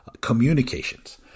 communications